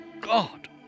God